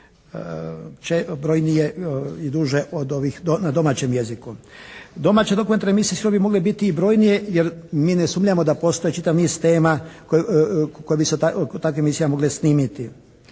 brojnije i duže od ovih na domaćem jeziku. Domaće dokumentarne emisije su ovdje mogle biti i brojnije jer mi ne sumnjamo da postoji čitav niz tema koje bi oko takvih emisija mogle snimiti.